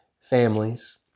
families